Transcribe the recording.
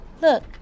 look